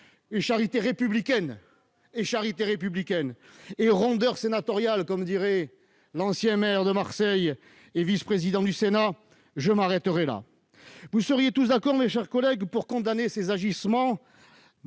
par charité chrétienne, par charité républicaine et par rondeur sénatoriale, comme dirait l'ancien maire de Marseille et vice-président du Sénat, je m'arrête là. Vous seriez tous d'accord, mes chers collègues, pour dénoncer ces agissements